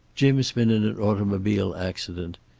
jim's been in an automobile accident.